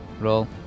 Roll